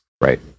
Right